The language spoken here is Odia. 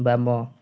ବାମ